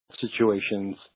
situations